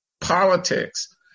politics